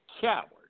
coward